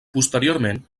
posteriorment